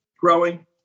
growing